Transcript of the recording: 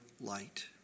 light